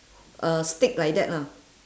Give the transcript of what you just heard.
uh stick like that lah